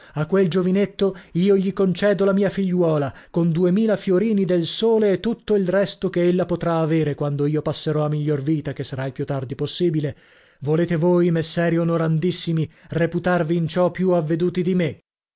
a quel giovinetto io gli concedo la mia figliuola con duemila fiorini del sole e tutto il resto che ella potrà avere quando io passerò a miglior vita che sarà il più tardi possibile volete voi messeri onorandissimi reputarvi in ciò più avveduti di me